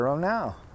now